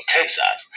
Texas